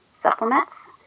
supplements